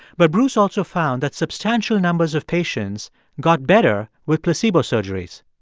but bruce also found that substantial numbers of patients got better with placebo surgeries.